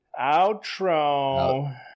Outro